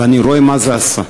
ואני רואה מה זה עשה.